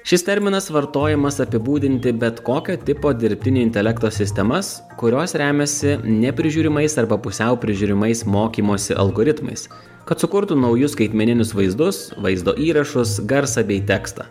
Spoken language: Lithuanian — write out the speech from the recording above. šis terminas vartojamas apibūdinti bet kokio tipo dirbtinio intelekto sistemas kurios remiasi neprižiūrimais arba pusiau prižiūrimais mokymosi algoritmais kad sukurtų naujus skaitmeninius vaizdus vaizdo įrašus garsą bei tekstą